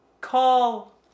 call